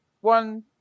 one